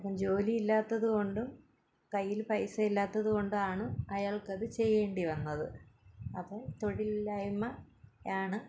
അപ്പം ജോലി ഇല്ലാത്തതുകൊണ്ടും കയ്യിൽ പൈസ ഇല്ലാത്തതുകൊണ്ടും ആണ് അയാൾക്കത് ചെയ്യേണ്ടിവന്നത് അപ്പോൾ തൊഴിലില്ലായ്മയാണ്